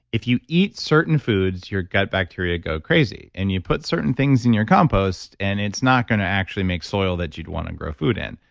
if you eat certain foods, your gut bacteria go crazy, and you put certain things in your compost and it's not going to actually make soil that you'd want to grow food in.